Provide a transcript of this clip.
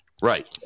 Right